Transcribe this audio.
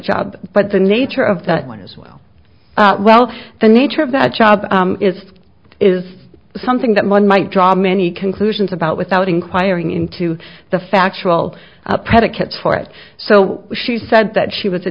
job but the nature of that one as well well the nature of that job is is something that one might draw many conclusions about without inquiring into the factual predicate for it so she said that she was a